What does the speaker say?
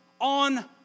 on